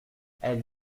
elle